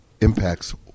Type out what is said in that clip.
impacts